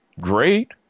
great